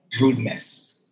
rudeness